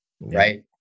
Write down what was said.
right